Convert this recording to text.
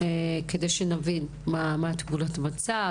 תמונת המצב,